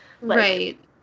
Right